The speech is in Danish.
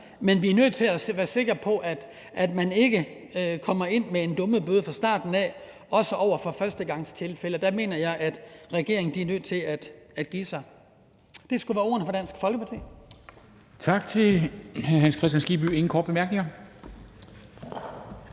men vi er nødt til at være sikre på, at man ikke kommer ind med en dummebøde fra starten, også over for førstegangstilfælde. Der mener jeg at regeringen er nødt til at give sig. Det skulle være ordene fra Dansk Folkeparti.